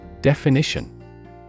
Definition